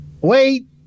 Wait